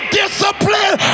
discipline